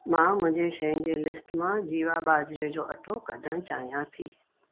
मां मुंहिंजे शयुनि जी लिस्ट मां जीवा बा॒झरे जो अटो कढणु चाहियां थी